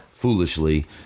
foolishly